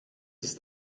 ist